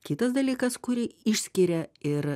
kitas dalykas kurį išskiria ir